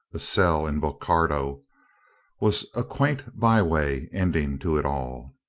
a cell in bo cardo was a quaint byway ending to it all.